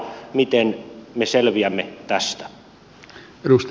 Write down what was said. miten me selviämme tästä